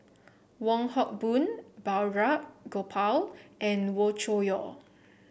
Wong Hock Boon Balraj Gopal and Wee Cho Yaw